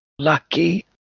Lucky